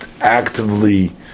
actively